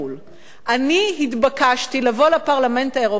אני התבקשתי לבוא לפרלמנט האירופי לעשות,